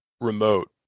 remote